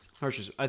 Hershey's